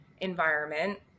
environment